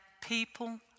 people